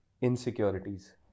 insecurities